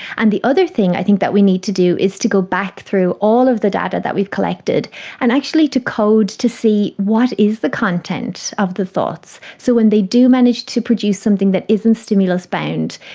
and the other thing i think that we need to do is to go back through all of the data that we've collected and actually to code to see what is the content of the thoughts, so when they do manage to produce something that isn't stimulus bound,